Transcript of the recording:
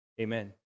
Amen